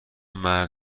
مرد